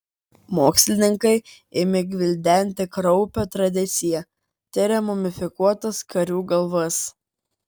mokslininkai ėmė gvildenti kraupią tradiciją tiria mumifikuotas karių galvas